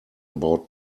about